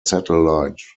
satellite